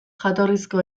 jatorrizko